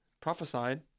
prophesied